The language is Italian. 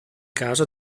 casa